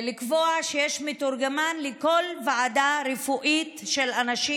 לקבוע שיש מתורגמן לכל ועדה רפואית של אנשים